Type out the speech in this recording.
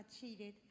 cheated